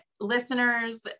listeners